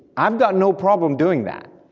i've got no problem doing that,